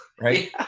right